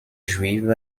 juive